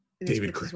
David